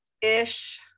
Ish